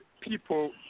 people